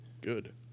Good